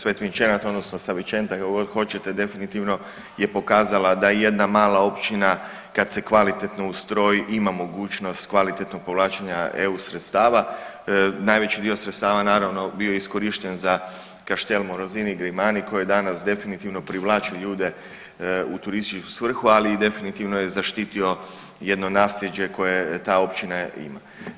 Svetvinčenat odnosno Savičenta kako god hoćete definitivno je pokazala da jedna mala općina kad se kvalitetno ustroji ima mogućnost kvalitetnog povlačenja EU sredstava, najveći dio sredstava naravno bio je iskorišten za Castle Morosini, Grimani, koji danas definitivno privlači ljude u turističku svrhu, ali i definitivno je zaštitio jedno nasljeđe koje ta općina ima.